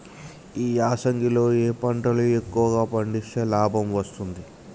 ఈ యాసంగి లో ఏ పంటలు ఎక్కువగా పండిస్తే లాభం వస్తుంది?